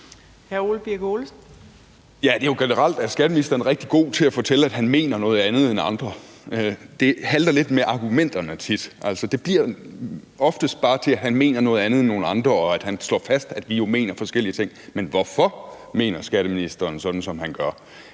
skatteministeren rigtig god til at fortælle, at han mener noget andet end andre, men det halter tit lidt med argumenterne. Altså, det bliver oftest bare til, at han mener noget andet end nogle andre, og at han slår fast, at vi jo mener forskellige ting, men hvorfor mener skatteministeren sådan, som han gør?